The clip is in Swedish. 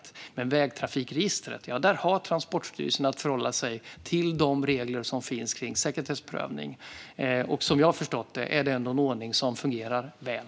Men när det gäller vägtrafikregistret har Transportstyrelsen att förhålla sig till de regler som finns kring sekretessprövning. Som jag har förstått det är det ändå en ordning som fungerar väl.